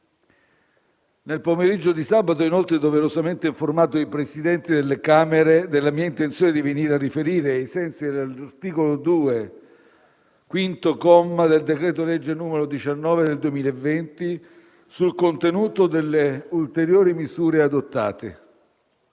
Nel pomeriggio di sabato ho inoltre, doverosamente, informato i Presidenti delle Camere della mia intenzione di venire a riferire, ai sensi dell'articolo 2, comma 5, del decreto-legge n. 19 del 2020, sul contenuto delle ulteriori misure adottate.